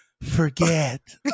forget